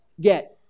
get